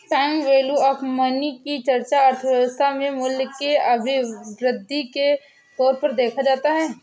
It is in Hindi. टाइम वैल्यू ऑफ मनी की चर्चा अर्थव्यवस्था में मूल्य के अभिवृद्धि के तौर पर देखा जाता है